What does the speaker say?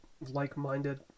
like-minded